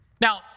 Now